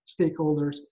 stakeholders